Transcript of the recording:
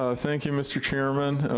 ah thank you, mr. chairman,